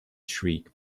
shriek